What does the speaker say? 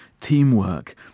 teamwork